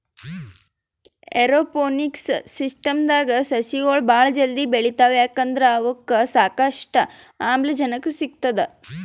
aeroponics ಸಿಸ್ಟಮ್ದಾಗ್ ಸಸಿಗೊಳ್ ಭಾಳ್ ಜಲ್ದಿ ಬೆಳಿತಾವ್ ಯಾಕಂದ್ರ್ ಅವಕ್ಕ್ ಸಾಕಷ್ಟು ಆಮ್ಲಜನಕ್ ಸಿಗ್ತದ್